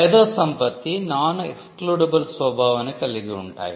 మేధో సంపత్తి non excludable స్వభావాన్ని కలిగిఉంటాయి